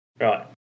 Right